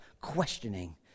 questioning